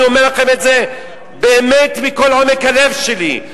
אני אומר לכם את זה מעומק הלב שלי.